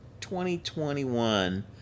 2021